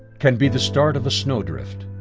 can be the start of a snowdrift.